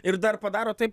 ir dar padaro taip